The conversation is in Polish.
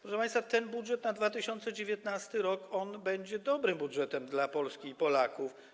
Proszę państwa, ten budżet na 2019 r. będzie dobrym budżetem dla Polski i Polaków.